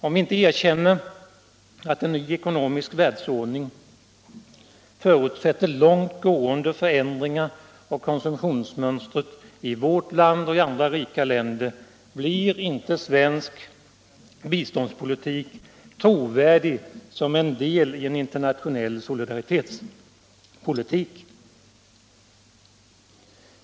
Om vi inte erkänner att en ny ekonomisk världsordning förutsätter långt gående förändringar av konsumtionsmönstret i vårt land och i andra rika länder, blir inte svensk biståndspolitik trovärdig som en del i en internationell solidaritetspolitik.